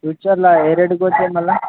ఫ్యూచర్లా ఏ రేటుకి పోతుంది మళ్ళా